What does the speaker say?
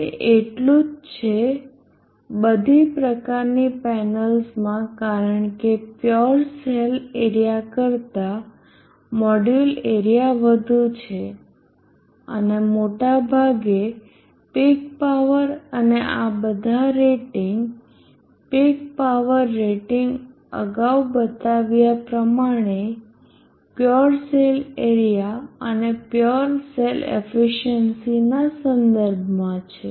તે એટલું જ છે બધી પ્રકારની પેનલ્સમાં કારણ કે પ્યોર સેલ એરીયા કરતા મોડ્યુલ એરીયા વધુ છે અને મોટાભાગે પીક પાવર અને આ બધા રેટિંગ પીક પાવર રેટિંગ અગાઉ બતાવ્યા પ્રમાણે પ્યોર સેલ એરીયા અને પ્યોર સેલ એફિસિયન્સીના સંદર્ભમાં છે